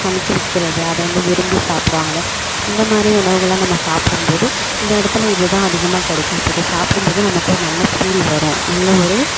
சமைத்து விற்கிறது அதை வந்து விரும்பி சாப்பிடுவாங்கள இந்த மாதிரி உணவுகள்லாம் நம்ம சாப்பிடம்போது இந்த இடத்துல இதுதான் அதிகமாக கிடைக்கும் அப்போ இதை சாப்பிடும்போது நமக்கு ஒரு நல்ல ஃபீல் வரும் நல்ல ஒரு